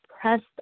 pressed